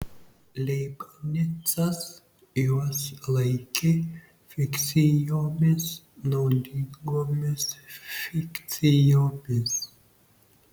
leibnicas juos laikė fikcijomis naudingomis fikcijomis